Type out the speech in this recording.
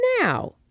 now